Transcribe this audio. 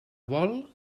vol